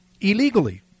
illegally